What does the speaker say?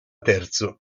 terzo